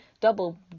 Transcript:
double